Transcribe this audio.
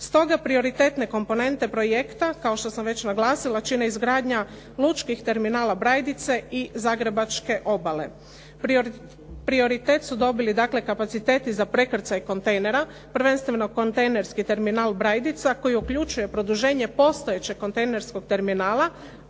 Stoga prioritetne komponente projekta kao što sam već naglasila čine izgradnja lučkih terminala Brajdice i Zagrebačke obale. Prioritet su dobili dakle, kapaciteti za prekrcaj kontejnera, prvenstveno kontejnerski terminal Brajdica koji uključuje produženje postojećeg kontejnerskog terminala